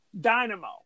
Dynamo